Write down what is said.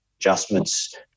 adjustments